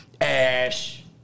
Ash